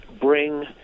bring